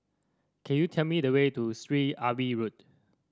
can you tell me the way to Syed Alwi Road